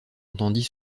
entendit